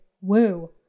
Woo